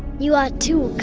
you are too